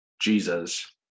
Jesus